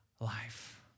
life